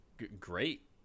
Great